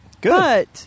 Good